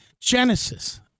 Genesis